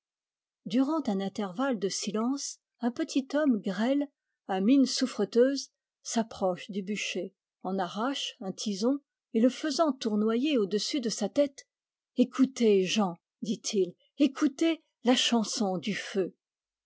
durant un intervalle de silence un petit homme grêle à mine souffreteuse s'approche du bûcher en arrache un tison et le faisant tournoyer au dessus de sa tête écoutez gens dit-il écoutez la chanson du feu